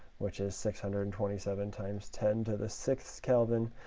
which is six hundred and twenty seven times ten to the six kelvin.